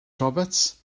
roberts